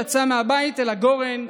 יצא מהבית אל הגורן,